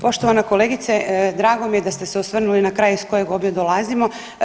Poštovana kolegice drago mi je da ste se osvrnuli na kraj iz kojeg obje dolazimo.